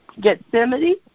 Gethsemane